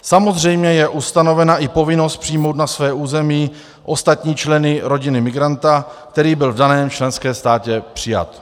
Samozřejmě je ustanovena i povinnost přijmout na své území ostatní členy rodiny migranta, který byl v daném členském státě přijat.